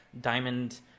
diamond